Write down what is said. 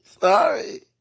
Sorry